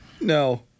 No